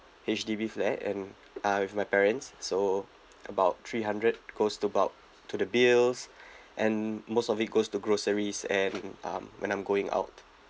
H_D_B flat and uh with my parents so about three hundred goes about to the bills and most of it goes to groceries and um when I'm going out